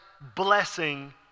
blessing